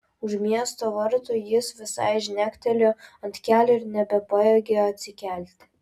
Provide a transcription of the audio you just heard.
o už miesto vartų jis visai žnektelėjo ant kelio ir nebepajėgė atsikelti